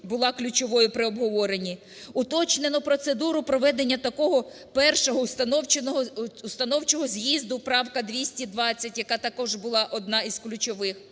була ключовою при обговоренні. Уточнено процедуру проведення такого першого установчого з'їзду - правка 220, яка також була одна із ключових.